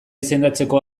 izendatzeko